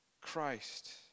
Christ